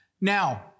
Now